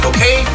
Okay